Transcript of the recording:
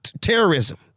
terrorism